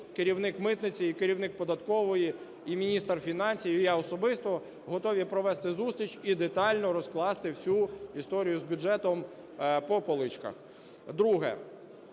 керівник митниці, і керівник податкової, і міністр фінансів, і я особисто, готові провести зустріч і детально розкласти всю історію з бюджетом по поличках.